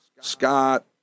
Scott